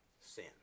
sin